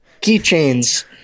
Keychains